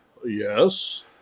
yes